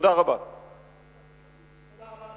תודה רבה